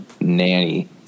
Nanny